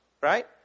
Right